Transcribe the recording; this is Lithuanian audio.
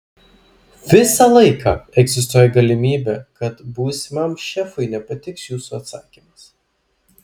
visą laiką egzistuoja galimybė kad būsimam šefui nepatiks jūsų atsakymas